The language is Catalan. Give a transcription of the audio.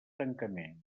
tancaments